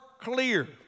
clear